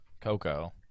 Coco